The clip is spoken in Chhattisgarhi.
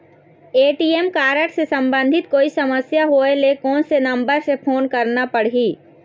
ए.टी.एम कारड से संबंधित कोई समस्या होय ले, कोन से नंबर से फोन करना पढ़ही?